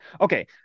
Okay